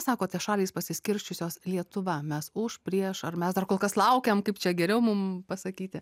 sakote šalys pasiskirsčiusios lietuva mes už prieš ar mes dar kol kas laukiam kaip čia geriau mum pasakyti